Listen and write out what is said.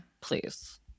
please